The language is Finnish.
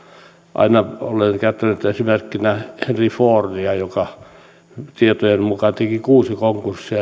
aina olen käyttänyt esimerkkinä henry fordia joka tietojeni mukaan teki kuusi konkurssia